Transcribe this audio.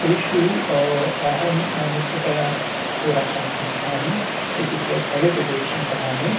तेषु अहं मुख्यतया होराशास्त्रं पठामि इत्युक्ते फलितज्योतिषं पठामि